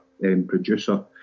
producer